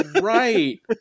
right